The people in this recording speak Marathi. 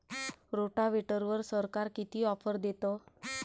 रोटावेटरवर सरकार किती ऑफर देतं?